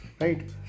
right